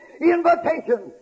invitation